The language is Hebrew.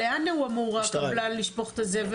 תגיד לאן הוא אמור לשפוך את הזבל?